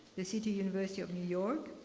the city university of new york.